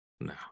No